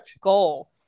goal